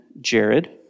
Jared